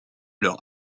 leur